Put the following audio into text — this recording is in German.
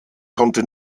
konnte